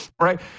right